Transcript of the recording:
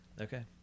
okay